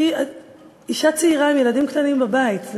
היא אישה צעירה עם ילדים קטנים בבית,